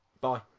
Bye